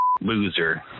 Loser